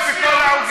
של מרצ בכל העוגה?